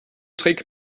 trägt